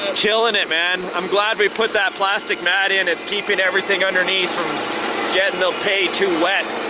killin' it, man. i'm glad we put that plastic mat in. it's keeping everything underneath from getting the pay too wet.